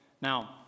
now